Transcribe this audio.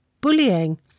bullying